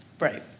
Right